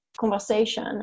conversation